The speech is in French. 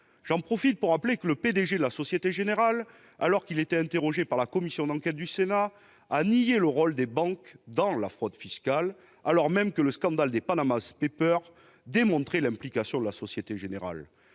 J'en profite pour rappeler que le P-DG de la Société Générale, interrogé par la commission d'enquête du Sénat, avait nié le rôle des banques dans la fraude fiscale, alors même que le scandale des permettait de démontrer l'implication de cette banque.